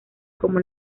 como